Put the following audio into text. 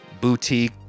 boutique